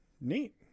neat